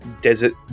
desert